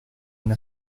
una